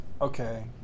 okay